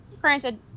Granted